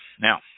Now